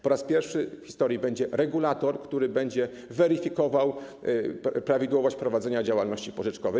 Po raz pierwszy w historii będzie regulator, który będzie weryfikował prawidłowość prowadzenia działalności pożyczkowej.